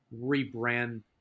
rebrand